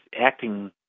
acting